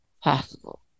possible